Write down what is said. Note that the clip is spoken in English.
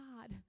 God